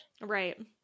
Right